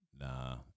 Nah